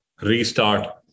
restart